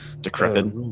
decrepit